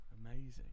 Amazing